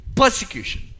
persecution